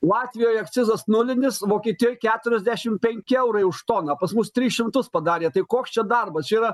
latvijoj akcizas nulinis vokietijoj keturiasdešim penki eurai už toną pas mus tris šimtus padarė tai koks čia darbas yra